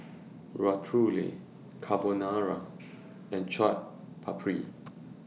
Ratatouille Carbonara and Chaat Papri